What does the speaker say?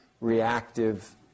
reactive